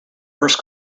worst